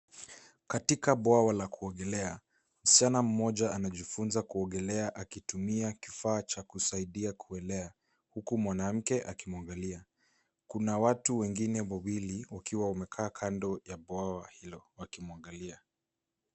Katika bwawa la kuogelea msichana mmoja anajifunza kuogelea akitumia kifaa cha kusaidia kuelea huku mwanamke akimwangalia. Kuna watu wengine wawili wakiwa wamekaa kando ya bwawa hilo wakimwangalia.